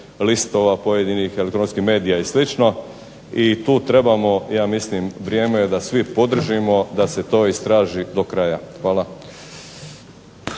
listova, pojedinih elektronskih medija i slično i tu trebamo, ja mislim vrijeme je da svi podržimo da se to istraži do kraja. Hvala.